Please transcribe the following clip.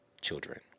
children